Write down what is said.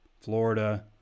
Florida